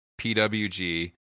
PWG